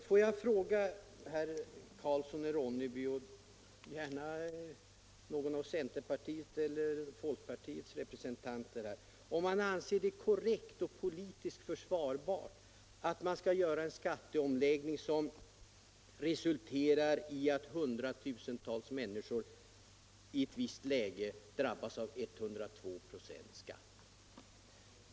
Får jag fråga herr Karlsson i Ronneby och gärna någon av centerpartiets och folkpartiets representanter om man anser det korrekt och politiskt försvarbart att göra en skatteomläggning som resulterar i att hundratusentals människor i ett visst läge drabbas av 102 96 skatt.